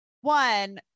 one